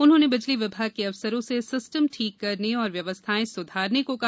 उन्होंने बिजली विभाग के अफसरों से सिस्टम ठीक करने और व्यवस्थाएं सुधारने को कहा